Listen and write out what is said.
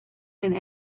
and